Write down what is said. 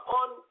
on